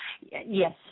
Yes